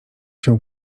się